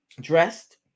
dressed